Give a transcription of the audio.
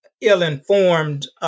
ill-informed